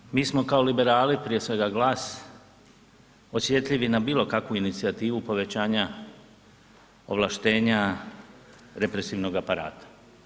Naime, mi smo kao liberali, prije svega GLAS, osjetljivi na bilo kakvu inicijativu povećanja ovlaštenja represivnog aparata.